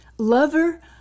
lover